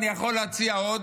ואני יכול להציע עוד,